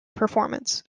performance